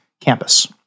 campus